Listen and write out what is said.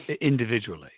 individually